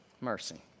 Mercy